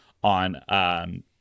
on